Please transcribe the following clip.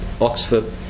Oxford